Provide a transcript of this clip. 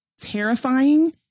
terrifying